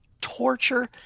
torture